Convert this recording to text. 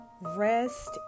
Rest